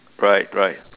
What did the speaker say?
right right